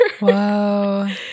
Wow